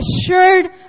assured